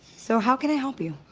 so how can i help you?